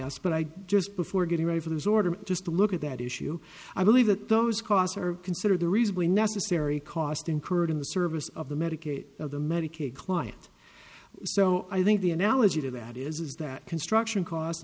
us but i just before getting ready for this order just look at that issue i believe that those costs are considered the reason we necessary cost incurred in the service of the medicaid of the medicaid client so i think the analogy to that is that construction cost